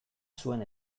zuen